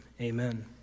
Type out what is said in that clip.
amen